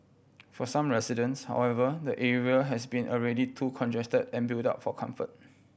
for some residents however the area has been already too congested and built up for comfort